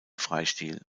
freistil